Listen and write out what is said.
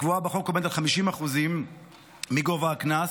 הקבועה בחוק עומד על 50% מגובה הקנס,